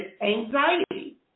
anxiety